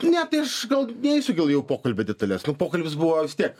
ne tai aš gal ne eisiu gal jau pokalbio detales nu pokalbis buvo vis tiek